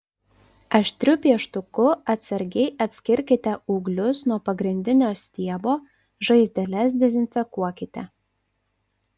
aštriu pieštuku atsargiai atskirkite ūglius nuo pagrindinio stiebo žaizdeles dezinfekuokite